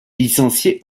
licencié